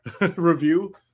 review